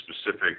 specific